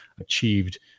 achieved